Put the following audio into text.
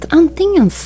antingen